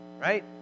right